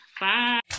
Bye